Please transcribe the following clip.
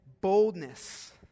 boldness